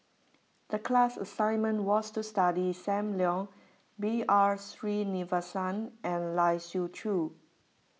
the class assignment was to study Sam Leong B R Sreenivasan and Lai Siu Chiu